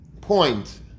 point